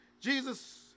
Jesus